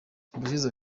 ubushize